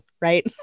right